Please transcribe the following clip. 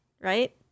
right